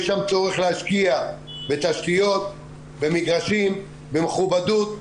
יש שם צורך להשקיע בתשתיות, במגרשים, במכובדות.